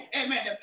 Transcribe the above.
Amen